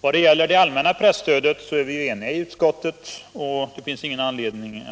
Vad gäller det allmänna presstödet är vi ju eniga i utskottet, och det finns därför ingen anledning